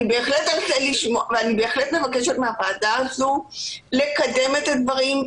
אני בהחלט מבקשת מהוועדה הזאת לקדם את הדברים,